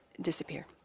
disappear